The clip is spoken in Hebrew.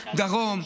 דרום,